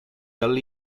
early